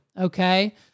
Okay